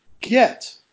get